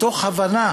מתוך הבנה